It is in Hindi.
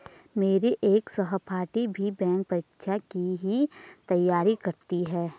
मेरी एक सहपाठी भी बैंक परीक्षा की ही तैयारी करती है